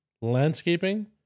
landscaping